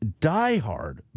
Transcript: diehard